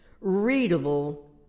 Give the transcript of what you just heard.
readable